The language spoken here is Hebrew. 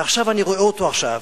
ואני רואה אותו עכשיו,